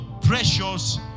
precious